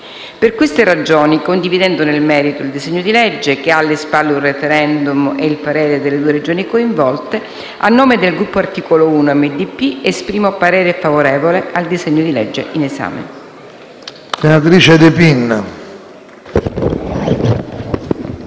Per queste ragioni, condividendo nel merito il disegno di legge, che ha alle spalle un *referendum* e il parere delle due Regioni coinvolte, a nome del Gruppo Articolo 1 - MDP, dichiaro il voto favorevole al disegno di legge in esame. *(Applausi dal